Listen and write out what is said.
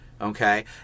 Okay